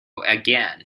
again